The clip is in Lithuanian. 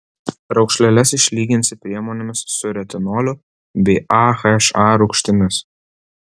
raukšleles išlyginsi priemonėmis su retinoliu bei aha rūgštimis